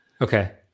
Okay